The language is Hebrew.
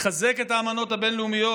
לחזק את האמנות הבין-לאומיות,